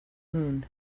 moon